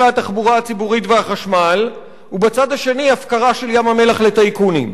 התחבורה הציבורית והחשמל ובצד השני הפקרה של ים-המלח לטייקונים.